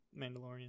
Mandalorian